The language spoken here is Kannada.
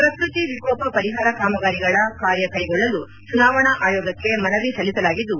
ಪ್ರಕೃತಿ ವಿಕೋಪ ಪರಿಹಾರ ಕಾಮಗಾರಿಗಳ ಕಾರ್ಯ ಕೈಗೊಳ್ಳಲು ಚುನಾವಣಾ ಆಯೋಗಕ್ಕೆ ಮನವಿ ಸಲ್ಲಿಸಲಾಗಿದ್ದು